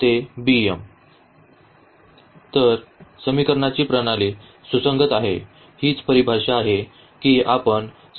तर तर समीकरणाची प्रणाली सुसंगत आहे हीच परिभाषा आहे की आपण समीकरण प्रणाली वापरू